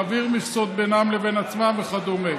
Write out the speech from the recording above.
להעביר מכסות בינם לבין עצמם וכדומה.